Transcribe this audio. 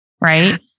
right